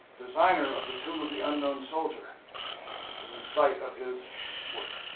designer of the tomb of the unknown soldier within sight of his work